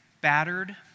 battered